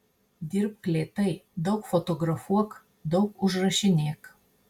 dirbk lėtai daug fotografuok daug užrašinėk